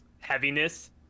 heaviness